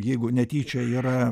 jeigu netyčia yra